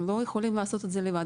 הם לא יכולים לעשות את זה לבד.